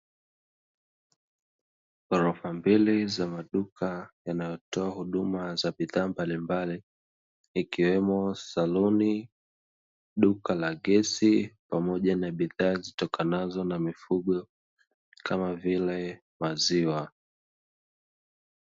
Ghorofa mbili za maduka yanayotoa huduma za bidhaa mbalimbali; ikiwemo saluni, duka la gesi pamoja na bidhaa zitokanazo na mifugo, kama vile maziwa.